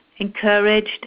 encouraged